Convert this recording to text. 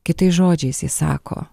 kitais žodžiais jis sako